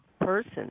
person